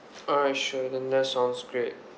alright sure then that sounds great